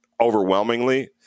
overwhelmingly